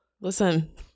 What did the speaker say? listen